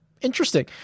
interesting